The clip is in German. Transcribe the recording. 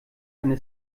eine